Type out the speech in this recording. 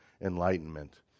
enlightenment